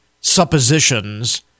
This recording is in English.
suppositions